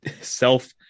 self